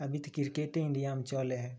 अभी तऽ क्रिकेटे इण्डिया मे चले हय